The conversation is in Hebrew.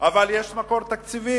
אבל יש מקור תקציבי.